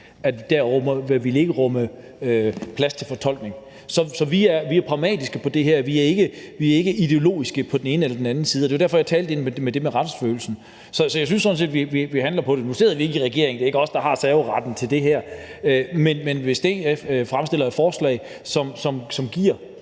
for det vil ikke rumme plads til fortolkning. Så vi er pragmatiske på det her. Vi er ikke ideologiske på den ene eller den anden side, og det er derfor, jeg talte ind i det retsfølelsen. Så jeg synes sådan set, vi handler på det. Nu sidder vi ikke i regering, og det er ikke os, der har serveretten til det her. Men hvis DF fremsætter et forslag, som sørger